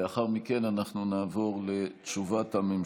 לאחר מכן נעבור לתשובת הממשלה.